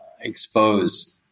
expose